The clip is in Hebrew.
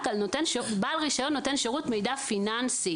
על בעל רישיון נותן שירות מידע פיננסי.